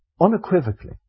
unequivocally